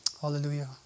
Hallelujah